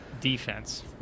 Defense